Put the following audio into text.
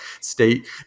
state